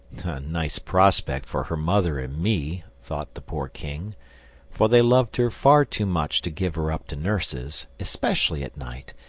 nice prospect for her mother and me! thought the poor king for they loved her far too much to give her up to nurses, especially at night,